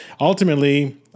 Ultimately